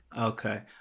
Okay